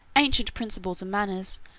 ancient principles and manners,